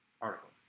article